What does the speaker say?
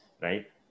right